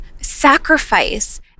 sacrifice